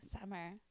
Summer